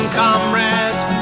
comrades